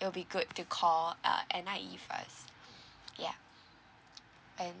it'll be good to call uh N_I_E first ya and